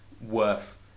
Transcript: worth